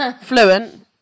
fluent